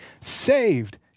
saved